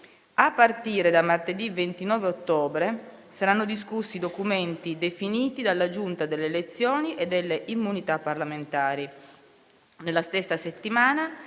A partire da martedì 29 ottobre saranno discussi i documenti definiti dalla Giunta delle elezioni e delle immunità parlamentari.